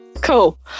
Cool